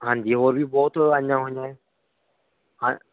ਹਾਂਜੀ ਹੋਰ ਵੀ ਬਹੁਤ ਆਈਆਂ ਹੋਈਆਂ ਹੈ ਹਾਂ